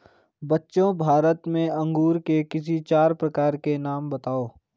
बच्चों भारत में अंगूर के किसी चार प्रकार के नाम बताओ?